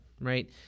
right